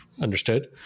understood